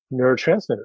neurotransmitters